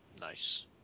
Nice